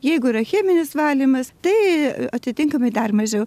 jeigu yra cheminis valymas tai atitinkamai dar mažiau